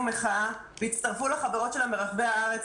מחאה והצטרפו לחברות שלהן ברחבי הארץ.